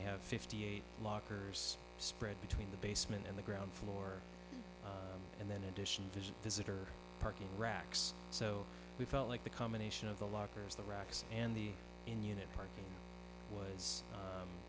they have fifty eight lockers spread between the basement and the ground floor and then in addition to this it are parking racks so we felt like the combination of the lockers the racks and the in unit park was